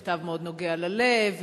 מכתב מאוד נוגע ללב,